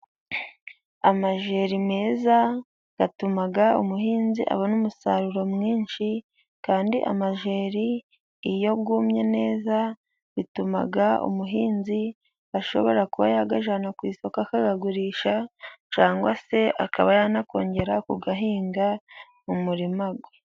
Amajeri meza atuma umuhinzi abona umusaruro mwinshi. Kandi amajeri iyo yumye neza, bituma umuhinzi ashobora kuba yayajyana ku isoko akayagurisha, cyangwa se akaba yanakongera kuyahinga mu murima we.